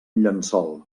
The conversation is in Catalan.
llençol